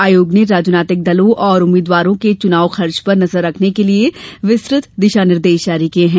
आयोग ने राजनीतिक दलों और उम्मीद्वारों के चुनाव खर्च पर नजर रखने के लिए विस्तृत दिशा निर्देश जारी किये हैं